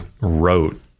wrote